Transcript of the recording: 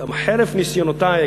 גם חרף ניסיונותי,